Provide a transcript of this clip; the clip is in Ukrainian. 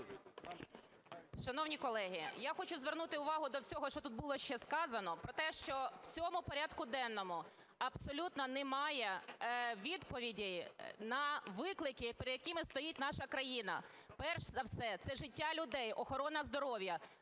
Шановні колеги, я хочу звернути увагу до всього, що тут було ще сказано, про те, що в цьому порядку денному абсолютно немає відповідей на виклики, перед якими стоїть наша країна. Перш за все це життя людей, охорона здоров'я.